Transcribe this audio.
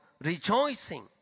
rejoicing